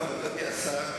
ומה אתה עושה?